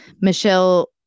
Michelle